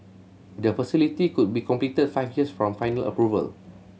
the facility could be completed five years from final approval